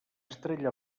estrella